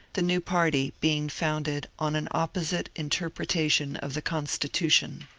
the new party being founded on an opposite interpretation of the constitution.